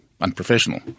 unprofessional